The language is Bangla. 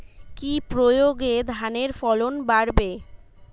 কি প্রয়গে ধানের ফলন বাড়বে?